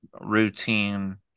routine